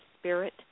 spirit